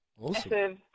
awesome